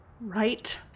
Right